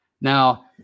Now